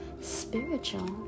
spiritual